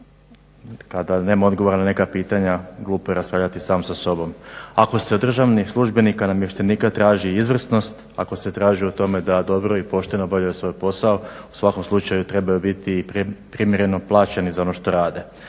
kada nema odgovora na neka pitanja glupo je raspravljati sam sa sobom. Ako se od državnih službenika, namještenika traži izvrsnost, ako se traži u tome da dobro i pošteno obavljaju svoj posao u svakom slučaju trebaju biti i primjereno plaćeni za ono što rade.